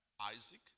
Isaac